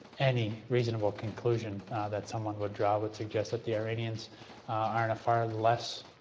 any reasonable conclusion that someone would draw would suggest that the iranians are in a far less